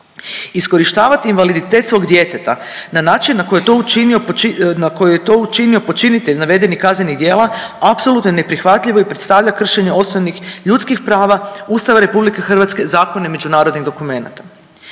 Iskorištavati invaliditet svog djeteta na način na koji je to učinio poč… na koji je to učinio počinitelj navedenih kaznenih djela apsolutno je neprihvatljivo i predstavlja kršenje osnovnih ljudskih prava, Ustava RH, zakona i međunarodnih dokumenata.